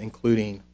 including